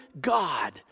God